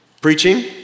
Preaching